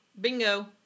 Bingo